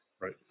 right